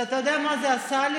אתה יודע מה זה עשה לי?